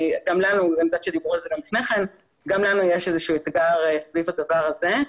גם לנו יש אתגר סביב הדבר הזה,